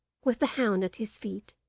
with the hound at his feet,